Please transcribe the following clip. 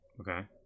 Okay